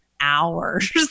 hours